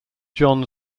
john